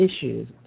issues